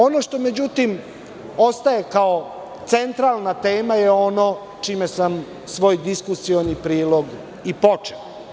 Ono što ostaje centralna tema je ono čime sam svoj diskusioni prilog i počeo.